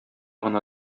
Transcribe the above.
гына